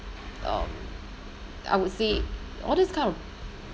um I would say all this kind of